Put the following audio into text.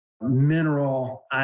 mineral